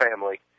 family